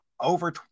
over